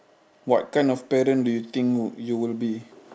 what kind of parent do you think would you would be